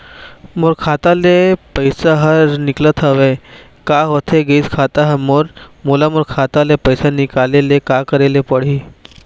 मोर खाता ले पैसा हर निकाले निकलत हवे, का होथे गइस खाता हर मोर, मोला मोर खाता ले पैसा निकाले ले का करे ले पड़ही?